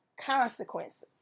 consequences